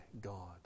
God